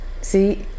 See